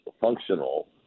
functional